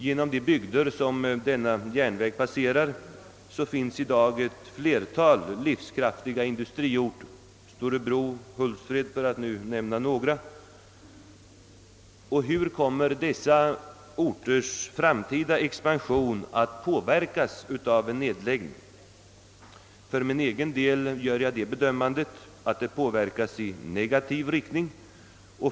I de bygder genom vilka denna järnvägslinje passerar ligger i dag ett flertal livskraftiga industriorter — t.ex. Vimmerby, Storebro och Hultsfred, för att nu nämna några. Hur kommer dessa orters framtida expansion att påverkas av en nedläggning? För min egen del gör jag den bedömningen, att den kommer att påverkas i negativ riktning.